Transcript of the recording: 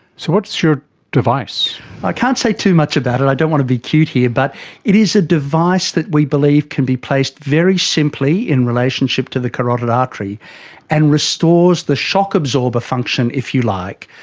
so what's your device? i can't say too much about it, i don't want to be cute here, but it is a device that we believe can be placed very simply in relationship to the carotid artery and restores the shock absorber function, if you like,